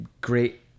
great